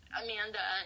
amanda